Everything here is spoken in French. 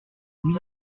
mille